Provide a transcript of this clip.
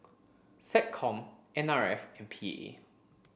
SecCom N R F and P A